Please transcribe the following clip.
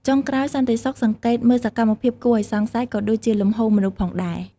ចុងក្រោយ សន្តិសុខសង្កេតមើលសកម្មភាពគួរឱ្យសង្ស័យ ក៏ដូចជាលំហូរមនុស្សផងដែរ។